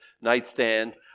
nightstand